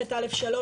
מערכת א'3,